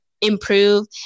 improve